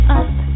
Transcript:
up